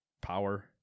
power